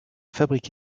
fabrique